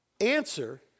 answer